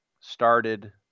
started